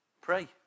Pray